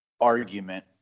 argument